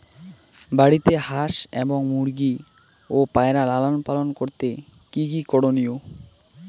বাড়িতে হাঁস এবং মুরগি ও পায়রা লালন পালন করতে কী কী করণীয়?